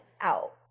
out